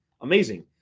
Amazing